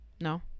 no